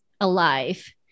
alive